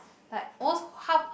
like almost half